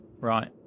Right